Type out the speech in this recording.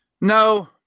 No